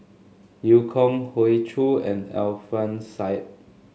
Eu Kong Hoey Choo and Alfian Sa'at